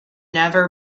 never